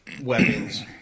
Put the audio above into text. weapons